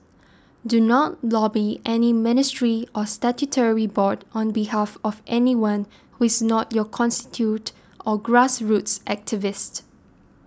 do not lobby any ministry or statutory board on behalf of anyone who is not your constituent or grass roots activist